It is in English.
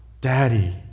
Daddy